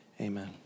amen